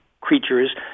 creatures